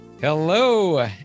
Hello